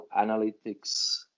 analytics